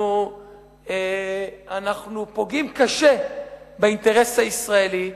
אנחנו פוגעים קשה באינטרס הישראלי.